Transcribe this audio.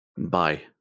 Bye